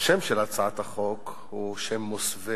השם של הצעת החוק הוא שם מוסווה,